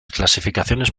clasificaciones